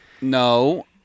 No